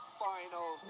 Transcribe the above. final